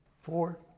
Four